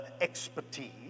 expertise